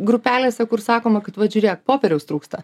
grupelėse kur sakoma kad vat žiūrėk popieriaus trūksta